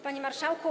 Panie Marszałku!